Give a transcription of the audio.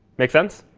make sense?